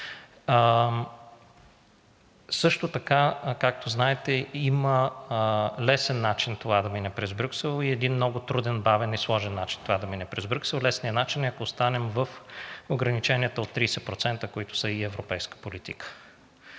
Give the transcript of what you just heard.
помощи. Както знаете, има лесен начин това да мине през Брюксел и един много труден, бавен и сложен начин това да мине през Брюксел. Лесният начин е, ако останем в ограниченията от 30%, които са и европейска политика,